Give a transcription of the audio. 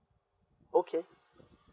okay